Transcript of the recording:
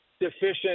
deficient